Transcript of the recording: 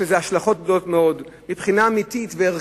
יש לזה השלכות גדולות מאוד מבחינה אמיתית וערכית,